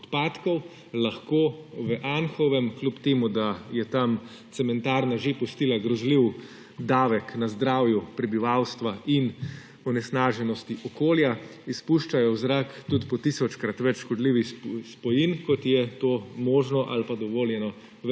odpadkov lahko v Anhovem, kljub temu da je tam cementarna že pustila grozljiv davek na zdravju prebivalstva in onesnaženosti okolja, izpuščajo v zrak tudi po tisočkrat več škodljivih spojin, kot je to možno ali pa dovoljeno